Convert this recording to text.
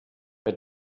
bei